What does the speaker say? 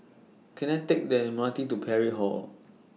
Can I Take The M R T to Parry Hall